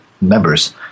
members